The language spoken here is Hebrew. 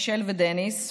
מישל ודניס,